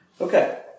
Okay